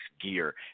gear